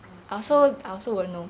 ah true